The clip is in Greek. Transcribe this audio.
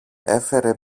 έφερε